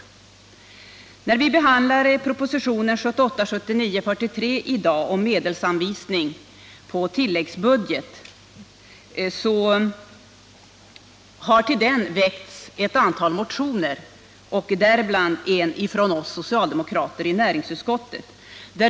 Vi har i dag att behandla propositionen 1978/79:43 om medelsanvisning m.m. på tilläggsbudget I. Till denna har väckts ett antal motioner, bl.a. en från oss socialdemokrater i näringsutskottet.